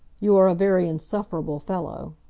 you are a very insufferable fellow.